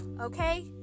Okay